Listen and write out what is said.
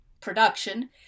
production